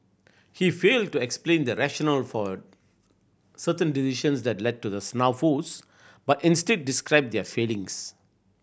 he failed to explain the rationale for certain decisions that led to the snafus but instead described their failings